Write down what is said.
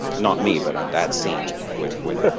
not me, but that scene with with